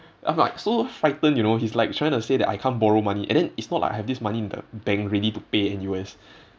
I'm like so frighten you know he's like trying to say that I can't borrow money and then it's not like I have this money in the bank ready to pay N_U_S